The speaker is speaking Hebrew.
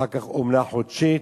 אחר כך אומנה חודשית,